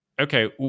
okay